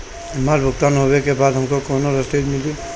हमार भुगतान होबे के बाद हमके कौनो रसीद मिली?